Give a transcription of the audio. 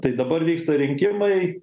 tai dabar vyksta rinkimai